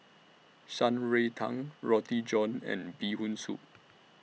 Shan Rui Tang Roti John and Bee Hoon Soup